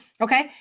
Okay